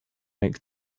makes